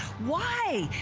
why?